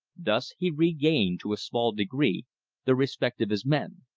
thus he regained to a small degree the respect of his men.